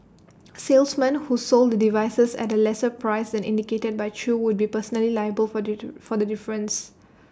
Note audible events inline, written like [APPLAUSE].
salesmen who sold the devices at A lesser price than indicated by chew would be personally liable for [NOISE] for the difference